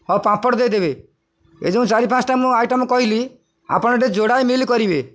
ହଁ ପାମ୍ପଡ଼ ଦେଇଦେବେ ଏ ଯେଉଁ ଚାରି ପାଞ୍ଚଟା ମୁଁ ଆଇଟମ୍ କହିଲି ଆପଣ ଟିକେ ଯୋଡ଼ାଏ ମିଲ୍ କରିବେ